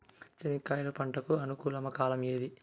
చెనక్కాయలు పంట కు అనుకూలమా కాలం ఏది?